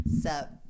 sup